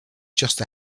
just